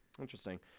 Interesting